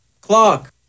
Clock